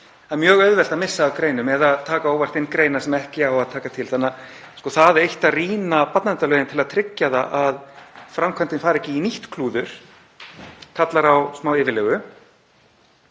Það er mjög auðvelt að missa af greinum eða taka óvart inn greinar sem ekki á að taka til þannig að það eitt að rýna barnaverndarlögin til að tryggja það að framkvæmdin fari ekki í nýtt klúður kallar á smá yfirlegu.